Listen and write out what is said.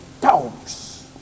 dogs